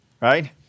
Right